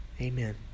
amen